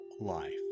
life